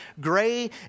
gray